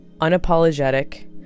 unapologetic